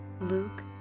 Luke